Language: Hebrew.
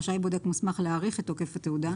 רשאי בודק מוסמך להאריך את תוקף התעודה,